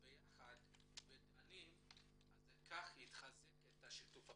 שדנים יחד זה יחזק את שיתוף הפעולה.